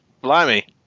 blimey